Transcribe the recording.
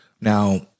Now